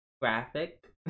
graphic